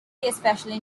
especially